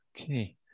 Okay